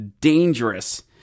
dangerous